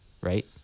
Right